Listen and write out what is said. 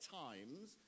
times